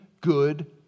good